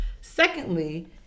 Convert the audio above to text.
Secondly